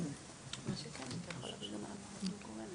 ובלבד שייתן לגורמים האמורים הזדמנות לטעון